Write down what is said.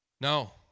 no